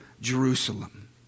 Jerusalem